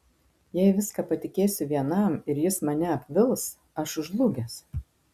jei viską patikėsiu vienam ir jis mane apvils aš žlugęs